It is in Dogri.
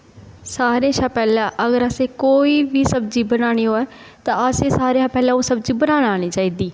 सारे शा पैह्लें अगर असें कोई बी सब्जी बनानी होऐ तां अस सारे शा पैह्लें ओह् सब्जी बनाना आनी चाहिदी